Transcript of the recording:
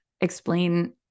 explain